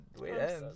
Wait